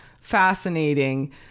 fascinating